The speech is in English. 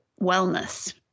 wellness